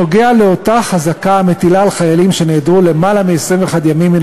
נוגע לאותה חזקה המטילה על חיילים שנעדרו יותר מ־21 ימים מן